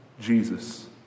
Jesus